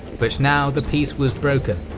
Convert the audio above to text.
but now the peace was broken.